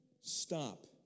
STOP